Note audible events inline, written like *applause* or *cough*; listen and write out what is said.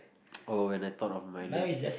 *noise* oh when I thought of my lates